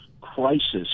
crisis